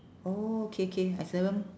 oh K K I seldom